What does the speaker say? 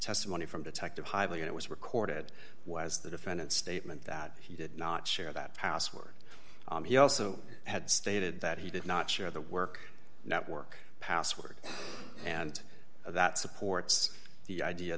testimony from detective highly and it was recorded was the defendant statement that he did not share that password he also had stated that he did not share the work network password and that supports the idea